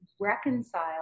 reconcile